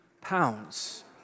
pounds